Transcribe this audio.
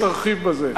תרחיב בזה.